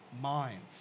minds